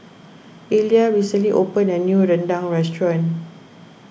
Illya recently opened a new Rendang restaurant